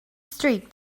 streak